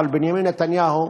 אבל בנימין נתניהו,